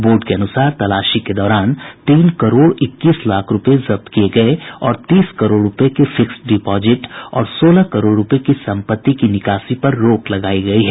board के अनुसार तलाशी के दौरान तीन करोड़ इक्कीस लाख रुपए जब्त किए गए हैं और तीस करोड़ रुपए के फिक्स्ड डिपोजिट्स और सोलह करोड़ रुपए की संपत्ति की निकासी पर रोक लगाई गई है